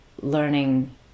learning